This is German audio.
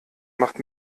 macht